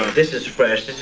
this is fresh.